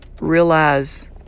realize